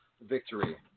victory